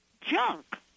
junk